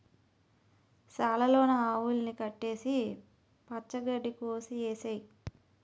సాల లోన ఆవుల్ని కట్టేసి పచ్చ గడ్డి కోసె ఏసేయ్